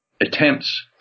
attempts